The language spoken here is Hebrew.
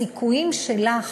הסיכויים שלך